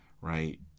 right